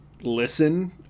listen